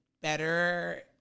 better